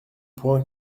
point